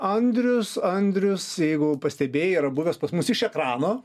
andrius andrius jeigu pastebėjai yra buvęs pas mus iš ekrano